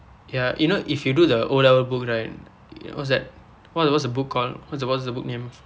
ya you know if you do the O level book right what's that what what's the book called what's the what's the book name